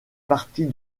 partie